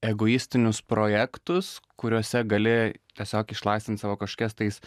egoistinius projektus kuriuose gali tiesiog išlaisvint savo kažkokias tais